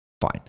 Fine